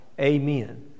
amen